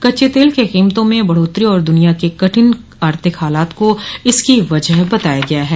कच्चे तेल को कीमतों में बढोतरी और दुनिया के कठिन आर्थिक हालात को इसकी वजह बताया गया है